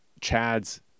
Chad's